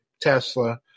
Tesla